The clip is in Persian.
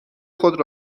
خود